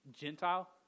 Gentile